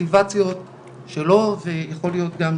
האגודה תמיד נותנת וזמינה ויש לנו וועדה של